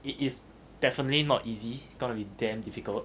it is definitely not easy gonna be damn difficult